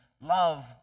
love